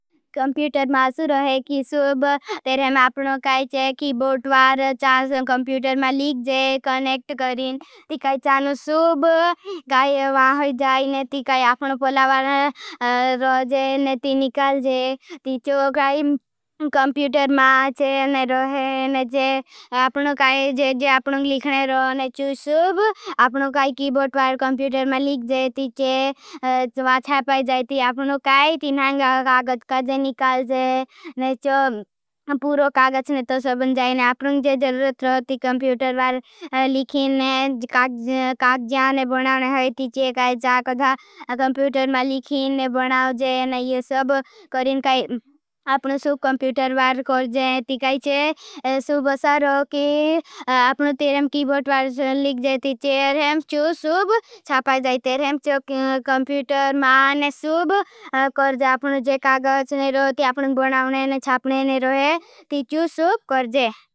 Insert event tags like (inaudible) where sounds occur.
कॉंप्यूटर मा सु रहे की सुब तेरे मा आपनो काई चे कीबोट वार चांस कॉंप्यूटर मा लिख जे कनेक्ट करें। ती काई चानु सुब काई वाहजाई ने ती काई आपनो पलावार रोजे ने ती निकल जे ती। चो काई कॉंप्यूटर मा चे ने रोहे ने चे। आपनो काई जे जे आपनो लिखने रो ने चो। सुब आपनो काई कीबोट वार चांस कॉंप्यूटर मा लिख जे ती चे। ती आपनो काई ती ने काई कागज काजे निकल जे ने चो पूरो कागज ने तो सबन जाए। ने आपनो जे जरूरत रोथी कॉंप्यूटर वार लिखने कागज जे ने बनाओने होई। ती चे काई चांस कॉंप्यूटर मा लिखने बनाओ। जे ने ये सब करने काई आपनो सुब कॉंप्यूटर वार कर। (hesitation) जे ती काई चे सुब बसा रोखी आपनो तेरें कीबोट वार लिख जे ती चेरें चू सुब चापाई जाए। तेरें कॉंप्यूटर मा ने सुब कर जे। आपनो जे कागज ने रोथी आपनो बनाओने ने चापने ने रोहे ती चू सुब कर जे।